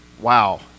wow